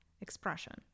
expression